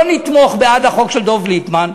לא לתמוך בחוק של דב ליפמן,